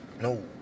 No